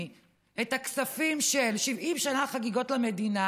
את הכספים של 70 שנה לחגיגות המדינה,